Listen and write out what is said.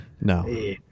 No